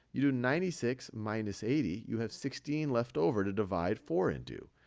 you do ninety six minus eighty. you have sixteen left over to divide four into.